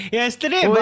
yesterday